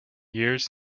years